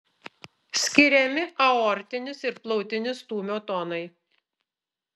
skiriami aortinis ir plautinis stūmio tonai